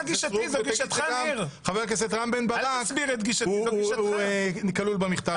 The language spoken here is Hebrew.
סטרוק ותגיד שגם חבר הכנסת רם בן ברק כלול במכתב שלי.